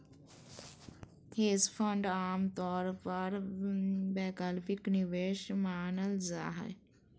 hedge fund आमतौर पर वैकल्पिक निवेश मानल जा हय